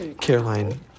Caroline